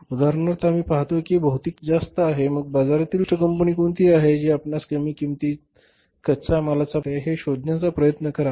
उदाहरणार्थ आम्ही पाहतो की भौतिक किंमत आता खूप जास्त आहे मग बाजारातील सर्वोत्कृष्ट कंपनी कोणती आहे जी आपणास कमी किमतीत कच्च्या मालाचा पुरवठा करू शकते हे शोधण्याचा प्रयत्न करा